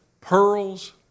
pearls